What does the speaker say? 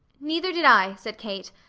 neither did i, said kate.